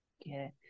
Okay